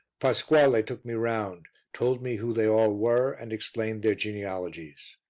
pasquale took me round, told me who they all were and explained their genealogies.